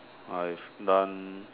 I have done